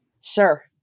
Sir